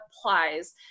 applies